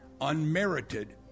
unmerited